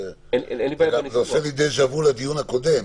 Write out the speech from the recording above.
אבל זה עושה לי דג'ה-וו לדיון הקודם,